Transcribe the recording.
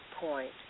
point